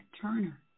Turner